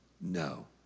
no